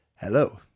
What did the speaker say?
Hello